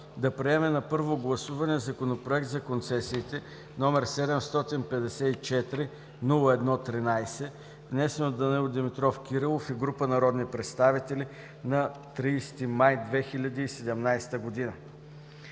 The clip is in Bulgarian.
да приеме на първо гласуване Законопроект за концесиите, № 754-01-13, внесен от Данаил Димитров Кирилов и група народни представители на 30 май 2017 г.“